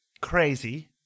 crazy